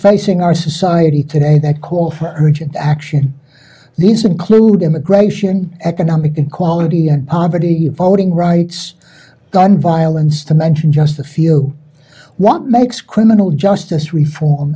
facing our society today that call for urgent action these include immigration economic inequality and poverty voting rights gun violence to mention just a few what makes criminal justice reform